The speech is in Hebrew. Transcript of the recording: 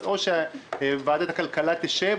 אז או שוועדת הכלכלה תדון,